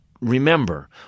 remember